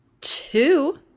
Two